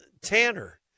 Tanner